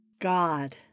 God